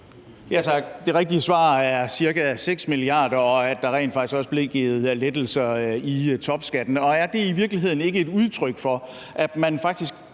Det rigtige svar er ca. 6 mia. kr., og at der rent faktisk også blev givet lettelser i topskatten. Er det i virkeligheden ikke et udtryk for, at man faktisk